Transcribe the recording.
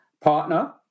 Partner